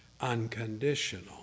unconditional